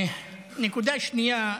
נקודה שנייה,